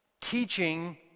teaching